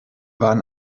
waren